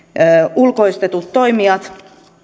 ulkoistetut toimijat